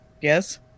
Yes